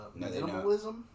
minimalism